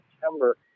September